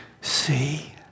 see